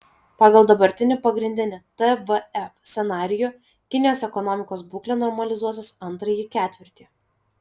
pagal dabartinį pagrindinį tvf scenarijų kinijos ekonomikos būklė normalizuosis antrąjį ketvirtį